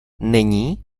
není